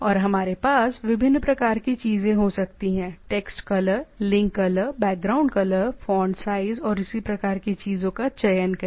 और हमारे पास विभिन्न प्रकार की चीजें हो सकती हैं text colour link colour background colour font size और इसी प्रकार की चीजों का चयन करें